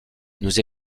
nous